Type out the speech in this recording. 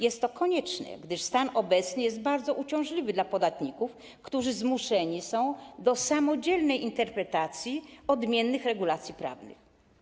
Jest to konieczne, gdyż stan obecny jest bardzo uciążliwy dla podatników, którzy zmuszeni są do samodzielnej interpretacji odmiennych regulacji prawnych.